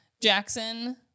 Jackson